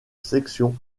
section